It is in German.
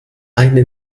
eine